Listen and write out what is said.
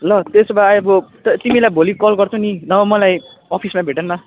ल त्यसो भए आएको तिमीलाई भोलि कल गर्छु नि नभए मलाई अफिसमा भेट न